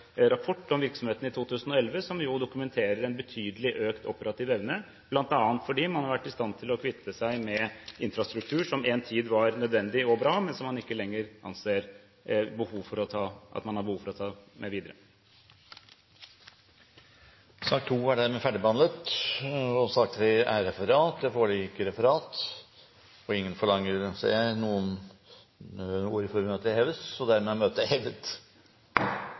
betydelig økt operativ evne, bl.a. fordi man har vært i stand til å kvitte seg med infrastruktur som en tid var nødvendig og bra, men som man ikke lenger anser at man har behov for å ta med videre. Sak nr. 2 er dermed ferdigbehandlet. Det foreligger ikke noe referat. Dermed er dagens kart ferdigbehandlet. Forlanger noen ordet før møtet heves? – Møtet er hevet.